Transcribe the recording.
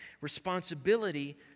responsibility